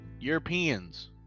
Europeans